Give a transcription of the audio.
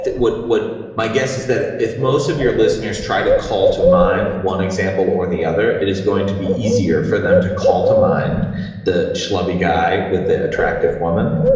what what my guess is that if most of your listeners try to call to mind one example or the other, it is going to be easier for them to call to mind the schlubby guy with the attractive woman.